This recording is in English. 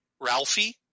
Ralphie